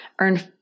earn